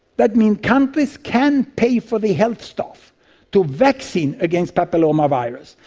that means countries can pay for the health staff to vaccinate against papilloma virus,